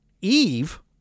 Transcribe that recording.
Eve